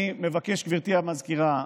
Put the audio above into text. אני מבקש, גברתי המזכירה,